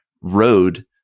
road